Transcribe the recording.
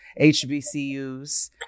HBCUs